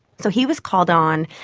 so he was called on,